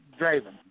Draven